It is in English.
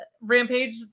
Rampage